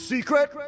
Secret